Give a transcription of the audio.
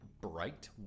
bright